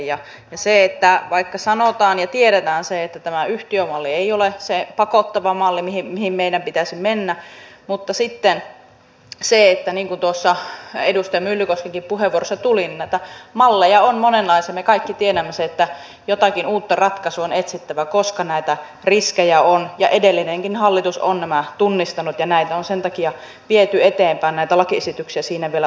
ja vaikka sanotaan ja tiedetään se että tämä yhtiömalli ei ole se ei pakoteta maalle niin pakottava malli mihin meidän pitäisi mennä niin kuten edustaja myllykoskenkin puheenvuorossa tuli esille näitä malleja on monenlaisia ja me kaikki tiedämme sen että jotakin uutta ratkaisua on etsittävä koska näitä riskejä on ja edellinenkin hallitus on nämä tunnistanut ja näitä lakiesityksiä on sen takia viety eteenpäin siinä vielä onnistumatta